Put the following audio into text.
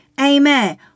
Amen